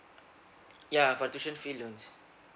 ya for tuition fee loans